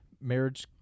marriage